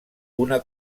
una